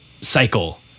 cycle